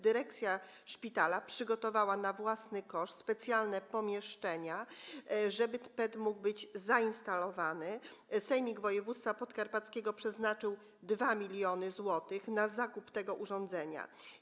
Dyrekcja szpitala przygotowała na własny koszt specjalne pomieszczenia, żeby PET mógł być zainstalowany, Sejmik Województwa Podkarpackiego przeznaczył 2 mln zł na zakup tego urządzenia.